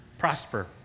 Prosper